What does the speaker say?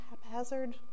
haphazard